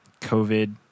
COVID